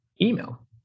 Email